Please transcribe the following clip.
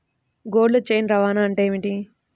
Cold chain రవాణా అంటే ఏమిటీ?